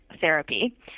therapy